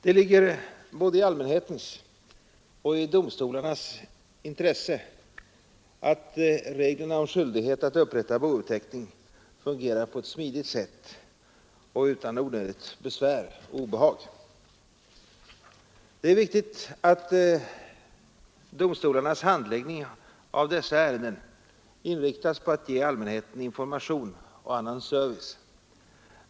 Det ligger både i allmänhetens och i domstolarnas intresse att reglerna om skyldighet att upprätta bouppteckning fungerar på ett smidigt sätt och utan onödigt besvär och obehag. Det är viktigt att domstolarnas handläggning av dessa ärenden inriktas på att ge allmänheten information och annan service.